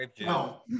no